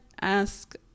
ask